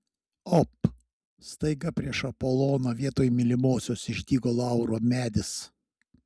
op staiga prieš apoloną vietoj mylimosios išdygo lauro medis